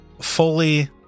fully